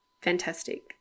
fantastic